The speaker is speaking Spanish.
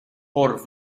por